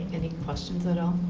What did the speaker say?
any questions at all?